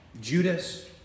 Judas